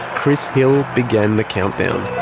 chris hill began the countdown.